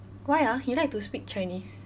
why ah he like to speak chinese